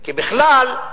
כי בכלל,